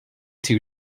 too